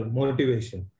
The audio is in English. motivation